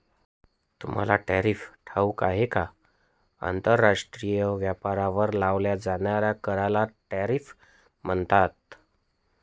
तुम्हाला टॅरिफ ठाऊक आहे का? आंतरराष्ट्रीय व्यापारावर लावल्या जाणाऱ्या कराला टॅरिफ म्हणतात